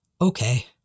Okay